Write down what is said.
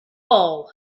bol